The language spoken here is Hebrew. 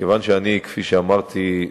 כיוון שאני, כפי שאמרתי,